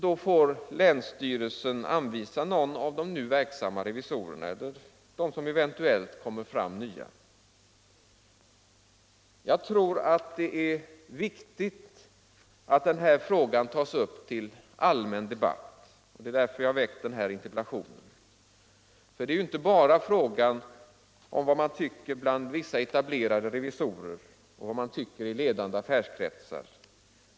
Då får länsstyrelsen anvisa någon av de nu verksamma revisorerna eller någon av de nya som eventuellt kommer fram. Jag tror att det är viktigt att denna fråga tas upp till allmän debatt. Det är därför jag har väckt den här interpellationen. För det är ju inte bara fråga om vad man tycker bland vissa etablerade revisorer och vad man tycker i ledande affärskretsar.